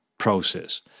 process